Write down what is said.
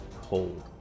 hold